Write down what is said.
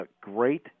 great